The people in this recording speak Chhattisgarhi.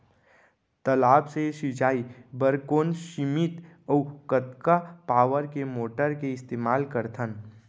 तालाब से सिंचाई बर कोन सीमित अऊ कतका पावर के मोटर के इस्तेमाल करथन?